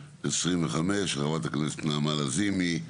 פ/260/25 של חברת הכנסת נעמה לזימי,